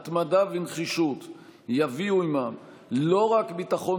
התמדה ונחישות יביאו עימן לא רק ביטחון